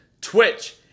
Twitch